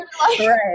right